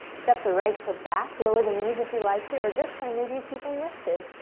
step the right foot back, lower the knees, if you like, here, or this time, maybe you keep them lifted.